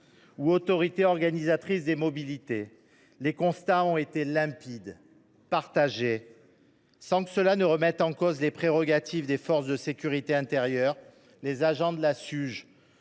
des autorités organisatrices de la mobilité (AOM). Les constats ont été limpides, partagés. Sans que cela remette en cause les prérogatives des forces de sécurité intérieure, les agents de la